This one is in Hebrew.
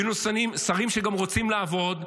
ואלה שרים שגם רוצים לעבוד.